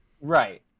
Right